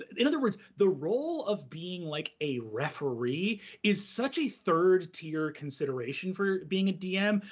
in other words, the role of being like a referee is such a third-tier consideration for being a dm,